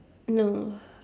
no